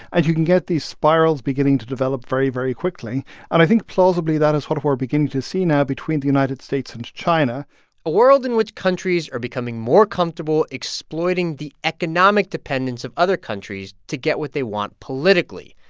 and you can get these spirals beginning to develop very, very quickly. and i think plausibly, that what we're beginning to see now between the united states and china a world in which countries are becoming more comfortable exploiting the economic dependence of other countries to get what they want politically.